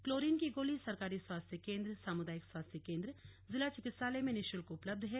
chlorine की गोली सरकारी स्वास्थ्य केन्द्र सामुदायिक स्वास्थ्य केन्द्र जिला चिकित्सालय में निशुल्क उपलब्ध है